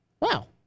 Wow